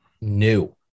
new